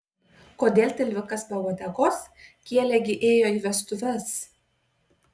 kodėl tilvikas be uodegos kielė gi ėjo į vestuves